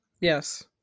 Yes